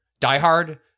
diehard